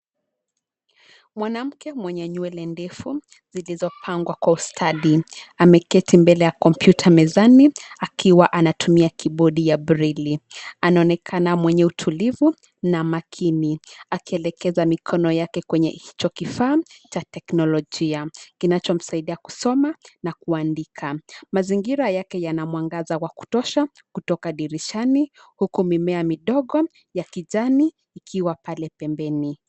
Mwanamke mwenye nywele ndefu, zilizopangwa kwa ustadi ameketi mbele ya kompyuta mezani akiwa anatumia kibodi ya breli. Anaonekana mwenye utulivu na makini akielekeza mikono yake kwenye hicho kifaa cha teknolojia, kinachomsaidia kusoma na kuandika. Mazingira yake yana mwangaza wa kutosha kutoka dirishani huku mimea midogo ya kijani ikiwa pale pembeni.